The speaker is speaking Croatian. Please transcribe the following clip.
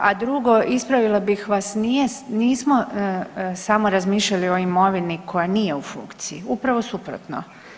A drugo, ispravila bih vas, nismo samo razmišljali o imovini koja nije u funkciji, upravo suprotno.